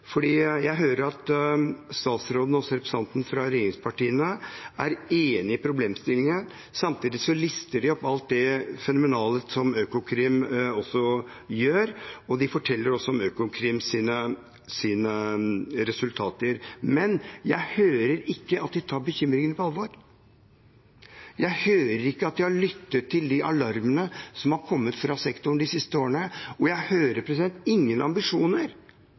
enig i problemstillingen. Samtidig lister de opp alt det fenomenale som Økokrim også gjør, og de forteller om Økokrims resultater, men jeg hører ikke at de tar bekymringene på alvor. Jeg hører ikke at de har lyttet til de alarmene som har kommet fra sektoren de siste årene, og jeg hører ingen ambisjoner.